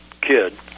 kid